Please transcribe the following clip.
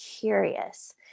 curious